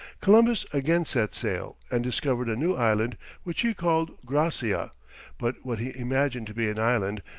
columbus again set sail, and discovered a new island which he called gracia but what he imagined to be an island,